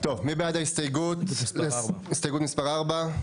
טוב, מי בעד הסתייגות מספר 4?